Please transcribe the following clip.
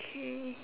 ~kay